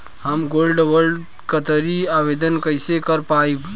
हम gold bond करतिं आवेदन कइसे कर पाइब?